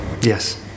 Yes